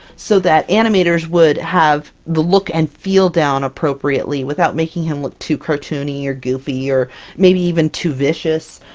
so that animators would have the look and feel down appropriately without making him look too cartoony or goofy or maybe even too vicious.